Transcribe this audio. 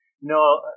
No